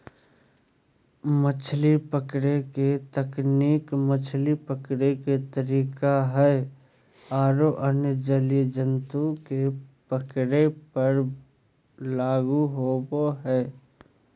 मछली पकड़े के तकनीक मछली पकड़े के तरीका हई आरो अन्य जलीय जंतु के पकड़े पर भी लागू होवअ हई